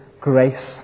grace